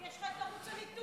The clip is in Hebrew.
יש לך את ערוץ הליטוף,